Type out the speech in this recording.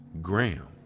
Graham